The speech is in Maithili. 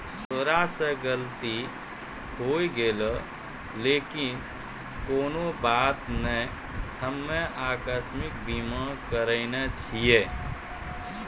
तोरा से गलती होय गेलै लेकिन कोनो बात नै हम्मे अकास्मिक बीमा करैने छिये